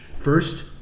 First